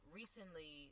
recently